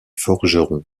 forgeron